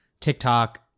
TikTok